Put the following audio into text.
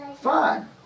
fine